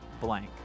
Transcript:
blank